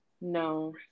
No